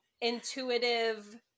intuitive